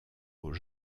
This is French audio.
aux